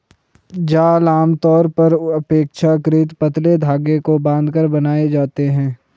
जाल आमतौर पर अपेक्षाकृत पतले धागे को बांधकर बनाए जाते हैं